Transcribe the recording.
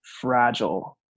fragile